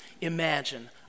Imagine